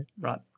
right